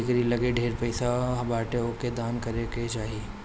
जेकरी लगे ढेर पईसा बाटे ओके दान करे के चाही